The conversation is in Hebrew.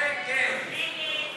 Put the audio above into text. ההסתייגות (57)